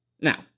Now